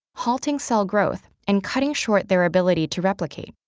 halting cell growth and cutting short their ability to replicate.